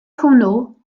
hwnnw